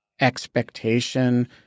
expectation